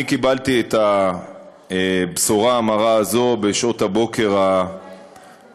אני קיבלתי את הבשורה המרה הזאת בשעות הבוקר המוקדמות.